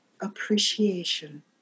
appreciation